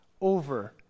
over